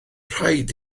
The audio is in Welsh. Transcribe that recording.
rhaid